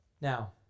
Now